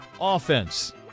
offense